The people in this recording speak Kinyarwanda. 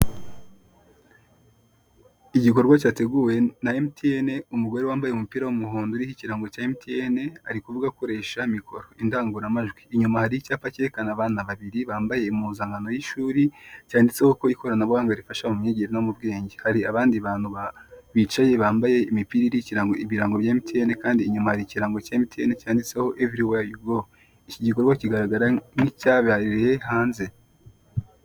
Imbere yacu turahabona ishusho y'akabari keza cyane karimo umuntu tutabashije kumenya uwo ari we. Harimo amayoga ndetse n'intebe zo kwicaraho, bigaragara ko aho hantu ari ahagenewe gucuruza ayo mayoga.